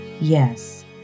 Yes